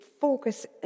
focus